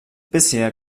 bisher